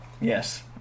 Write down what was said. Yes